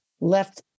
left